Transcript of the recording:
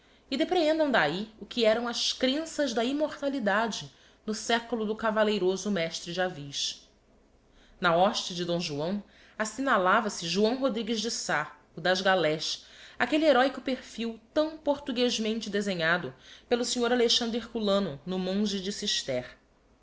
e deprehendam d'ahi o que eram as crenças da immortalidade no seculo do cavalleiroso mestre de aviz na hoste de d joão assignalava se joão rodrigues de sá o das galés aquelle heroico perfil tão portuguezmente desenhado pelo snr a herculano no monge de cistér